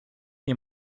nie